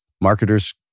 marketers